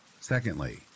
secondly